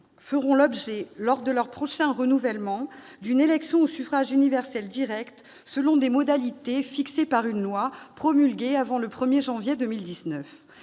feront l'objet, lors de leur prochain renouvellement, d'une élection au suffrage universel direct selon des modalités fixées par une loi promulguée avant le 1 janvier 2019.